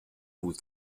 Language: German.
hut